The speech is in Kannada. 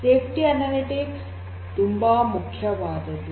ಸೇಫ್ಟಿ ಅನಲಿಟಿಕ್ಸ್ ತುಂಬಾ ಮುಖ್ಯವಾದದ್ದು